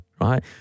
right